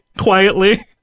Quietly